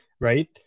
right